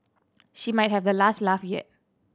she might have the last laugh yet